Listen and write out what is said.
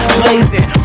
blazing